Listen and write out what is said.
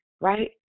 Right